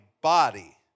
body